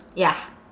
ya